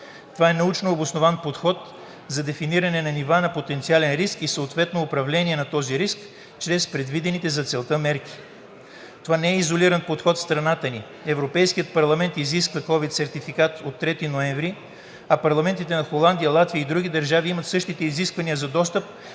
Това е научнообоснован подход за дефиниране на нива на потенциален риск и съответно управление на този риск чрез предвидените за целта мерки. Това не е изолиран подход в страната ни. Европейският парламент изисква ковид сертификат от 3 ноември, а парламентите на Холандия, Латвия и други държави имат същите изисквания за достъп,